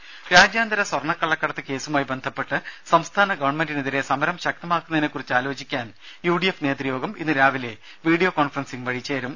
രേര രാജ്യാന്തര സ്വർണക്കളളക്കടത്ത് കേസുമായി ബന്ധപ്പെട്ട് സംസ്ഥാന ഗവൺമെന്റിനെതിരെ സമരം ശക്തമാക്കുന്നതി നെക്കുറിച്ച് ആലോചിക്കാൻ യു ഡി എഫ് നേതൃയോഗം ഇന്ന് രാവിലെ വിഡിയോ കോൺഫറൻസിങ് വഴി ചേരും